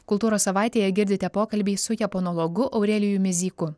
kultūros savaitėje girdite pokalbį su japonologu aurelijumi zyku